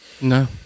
No